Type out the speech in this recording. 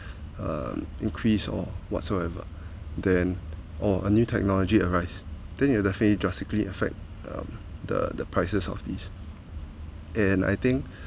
um increase or whatsoever then or a new technology arise then you have to face drastically affect um the the prices of these and I think